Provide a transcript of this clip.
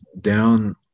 down